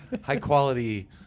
high-quality